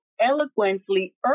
eloquently